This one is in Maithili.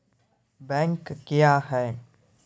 बैंक क्या हैं?